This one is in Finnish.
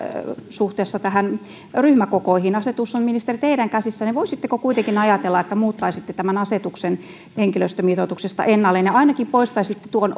suhteessa näihin ryhmäkokoihin asetus on ministeri teidän käsissänne voisitteko kuitenkin ajatella että muuttaisitte tämän asetuksen henkilöstömitoituksesta ennalleen ja ja ainakin poistaisitte tuon